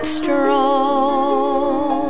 strong